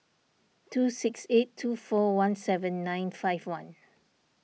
two six eight two four one seven nine five one